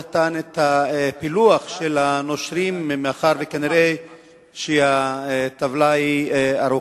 אומנם כבוד השר לא נתן את הפילוח של הנושרים מאחר שכנראה שהטבלה ארוכה,